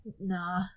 Nah